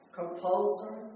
composer